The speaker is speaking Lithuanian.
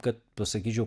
kad pasakyčiau